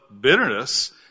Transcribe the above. bitterness